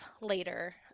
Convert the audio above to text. later